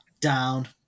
down